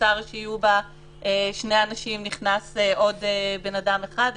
שמותר שיהיו בו שני אנשים ונכנס עוד בן-אדם אחד,